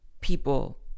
people